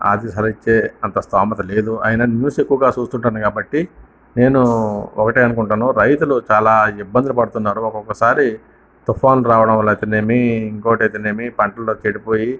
ఆర్థికత ఇచ్చే అంత స్తోమత లేదు అయినా న్యూస్ ఎక్కువగా చూస్తుంటాను కాబట్టి నేను ఒకటే అనుకుంటాను రైతులు చాలా ఇబ్బందులు పడుతున్నారు ఒక్కొక్కసారి తుఫాను రావటం వల్ల అయితేనేమి ఇంకోకటి అయితేనేమి పంటలు చెడిపోయి